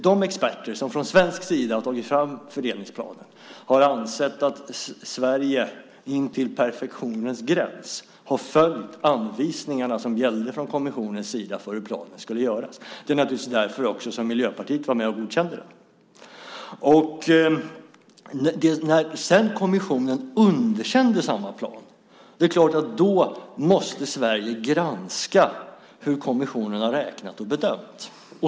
De experter som från svensk sida har tagit fram fördelningsplanen har ansett att Sverige intill perfektionens gräns har följt de anvisningar som gällde från kommissionens sida för hur planen skulle genomföras. Det är naturligtvis också därför som Miljöpartiet var med och godkände den. När kommissionen sedan underkände samma plan måste Sverige granska hur kommissionen har räknat och bedömt.